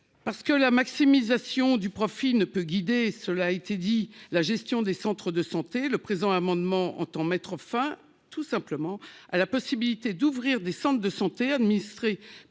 Parce que la maximisation du profit ne peut guider, cela a été dit. La gestion des centres de santé le présent amendement entend mettre fin tout simplement à la possibilité d'ouvrir des centres de santé administrés